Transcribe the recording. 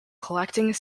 collecting